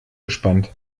gespannt